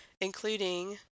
including